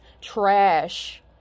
trash